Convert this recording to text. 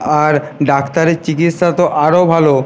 আর ডাক্তারের চিকিৎসা তো আরও ভালো